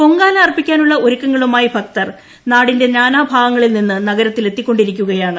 പൊങ്കാല അർപ്പിക്കാനൂള്ള ഒരുക്കുകളുമായി ഭക്തർ നാടിന്റെ നാനാഭാഗങ്ങളിൽ നിന്ന് നഗരത്തിലെത്തിക്കൊണ്ടിരിക്കുകയാണ്